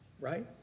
right